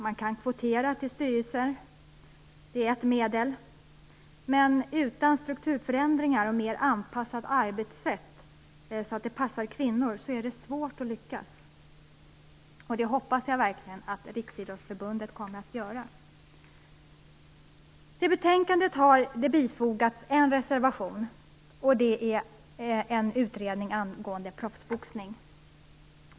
Man kan kvotera till styrelser. Det är ett medel. Men utan strukturförändringar och utan ett mer anpassat arbetsätt så att det passar kvinnor, är det svårt att lyckas - och det hoppas jag verkligen att Riksidrottsförbundet kommer att göra. Till betänkandet har det bifogats en reservation. Den handlar om en utredning angående proffsboxning.